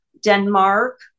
Denmark